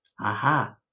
Aha